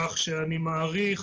כך שאני מעריך,